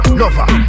lover